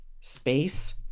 Space